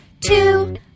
Two